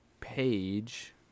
page